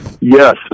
Yes